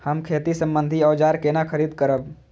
हम खेती सम्बन्धी औजार केना खरीद करब?